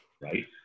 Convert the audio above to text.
Right